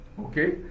Okay